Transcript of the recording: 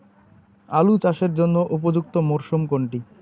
আলু চাষের জন্য উপযুক্ত মরশুম কোনটি?